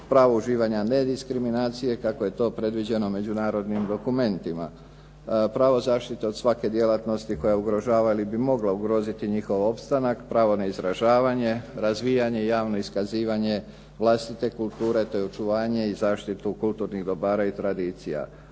Pravo uživanja nediskriminacije kako je to predviđeno međunarodnim dokumentima. Pravo zaštite od svake djelatnosti koja ugrožava ili bi mogla ugroziti njihov opstanak, pravo na izražavanje, razvijanje, javno iskazivanje vlastite kulture te očuvanje i zaštitu kulturnih dobara i tradicija.